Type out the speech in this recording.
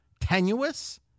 tenuous